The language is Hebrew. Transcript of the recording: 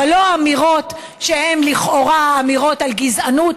אבל לא אמירות שהן לכאורה אמירות על גזענות,